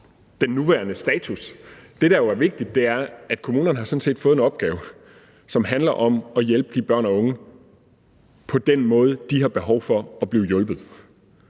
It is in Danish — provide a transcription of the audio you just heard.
den nuværende status er. Det, der jo er vigtigt, er, at kommunerne sådan set har fået en opgave, som handler om at hjælpe de børn og unge på den måde, de har behov for at blive hjulpet.